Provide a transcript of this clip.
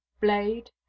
blade